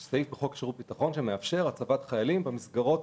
יש סעיף קבוע בחוק שירות הביטחון שמאפשר הצבת חיילים במסגרות